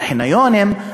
על חניונים,